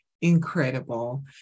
incredible